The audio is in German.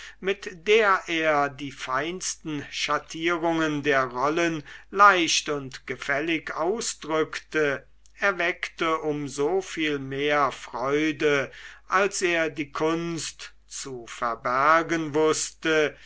mit der er die feinsten schattierungen der rollen leicht und gefällig ausdrückte erweckte um soviel mehr freude als er die kunst zu verbergen wußte